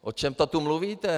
O čem to tu mluvíte?